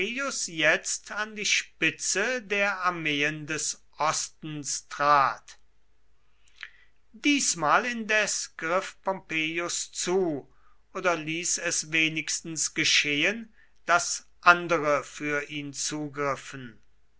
jetzt an die spitze der armeen des ostens trat diesmal indes griff pompeius zu oder ließ es wenigstens geschehen daß andere für ihn zugriffen